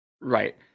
Right